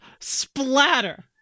splatter